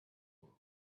world